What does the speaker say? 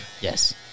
Yes